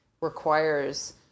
requires